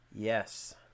Yes